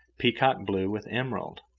peacock blue with emerald,